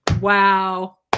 Wow